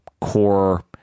core